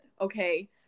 Okay